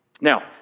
Now